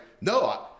no